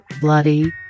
Bloody